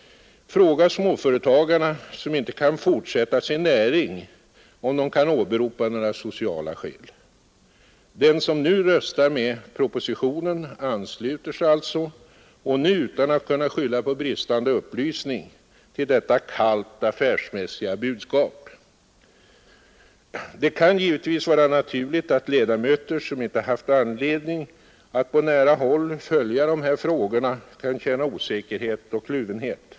Fråga småföretagarna som inte kan fortsätta sin näring om de kan åberopa några sociala skäl! Den som nu röstar med propositionen ansluter sig alltså — och nu utan att kunna skylla på bristande upplysning — till detta kallt affärsmässiga budskap. Det kan givetvis vara naturligt att ledamöter som inte haft anledning att på nära håll följa de här frågorna kan känna osäkerhet och kluvenhet.